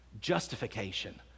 justification